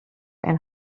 and